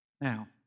Now